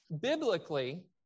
biblically